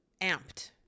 amped